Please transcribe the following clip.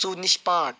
سوٗدٕ نِش پاک